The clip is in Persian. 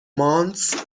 مانتس